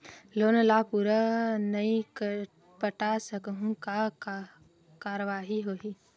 Loan ला पूरा नई पटा सकहुं का कारवाही होही?